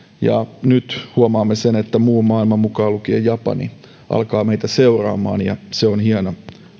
ja nyt huomaamme sen että muu maailma mukaan lukien japani alkaa meitä seuraamaan ja se on hieno